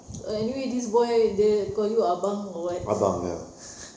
uh anyway this boy the call you abang or what